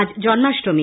আজ জন্মাষ্টমী